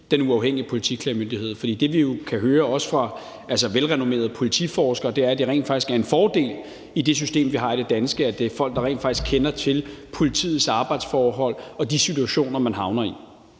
Den Uafhængige Politiklagemyndighed. For det, vi jo kan høre, også fra velrenommerede politiforskere, er, at det rent faktisk er en fordel i det system, vi har i Danmark, at det er folk, der rent faktisk kender til politiets arbejdsforhold og de situationer, man havner i.